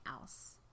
else